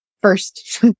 first